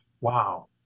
wow